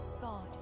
God